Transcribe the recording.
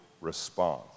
response